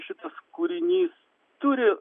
šitas kūrinys turi